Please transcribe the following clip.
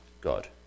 God